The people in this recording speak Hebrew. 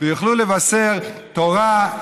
ויוכלו לבשר תורה,